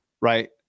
Right